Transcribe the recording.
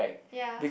ya